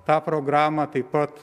tą programą taip pat